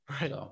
Right